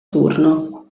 turno